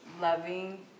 Loving